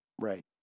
Right